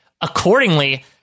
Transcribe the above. accordingly